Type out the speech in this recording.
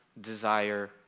desire